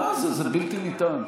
לא, זה בלתי ניתן.